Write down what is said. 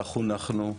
כך חונכנו,